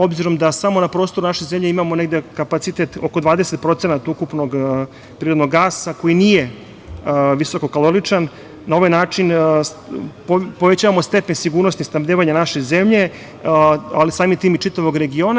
Obzirom da samo na prostoru naše zemlje imamo negde kapacitet oko 20% ukupnog prirodnog gasa, koji nije visoko kaloričan, na ovaj način povećavamo stepen sigurnosti snabdevanja naše zemlje, ali samim tim i čitavog regiona.